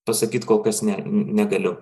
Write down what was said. pasakyt kol kas ne negaliu